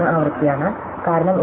23 ആവൃത്തിയാണ് കാരണം ഇത് 0